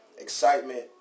excitement